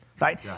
right